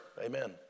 Amen